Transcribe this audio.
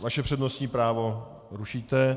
Vaše přednostní právo rušíte.